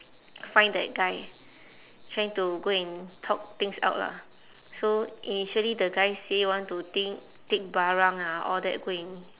find that guy try to go and talk things out lah so initially the guy say want to think take parang ah all that go and